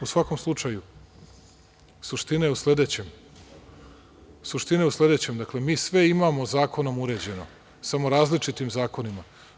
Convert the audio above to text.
U svakom slučaju, suština je u sledećem, dakle mi sve imamo zakonom uređeno, samo različitim zakonima.